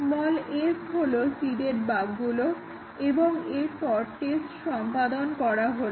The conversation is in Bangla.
s হলো সিডেড বাগগুলো এবং এরপর টেস্ট সম্পাদন করা হলো